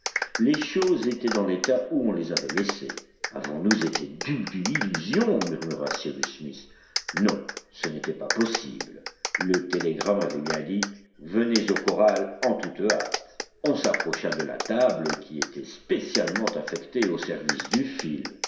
les choses étaient dans l'état où on les avait laissées avons-nous été dupes d'une illusion murmura cyrus smith non ce n'était pas possible le télégramme avait bien dit venez au corral en toute hâte on s'approcha de la table qui était spécialement affectée au service du fil